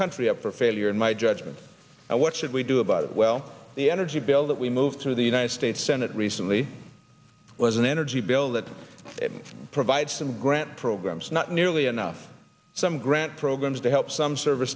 country we up for failure in my judgment and what should we do about it well the energy bill that we moved through the united states senate recently was an energy bill that provides some grant programs not nearly enough some grant programs to help some service